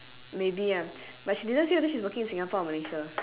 maybe ah but she didn't say whether she's working in singapore or malaysia